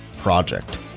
project